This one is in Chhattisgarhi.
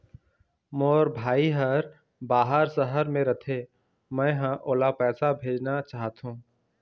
मोर भाई हर बाहर शहर में रथे, मै ह ओला पैसा भेजना चाहथों